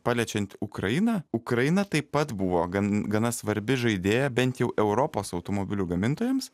paliečiant ukrainą ukraina taip pat buvo gan gana svarbi žaidėja bent jau europos automobilių gamintojams